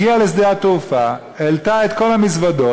הגיעה לשדה התעופה, העלתה את כל המזוודות,